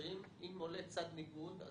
שאם עולה צד ניגוד,